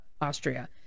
Austria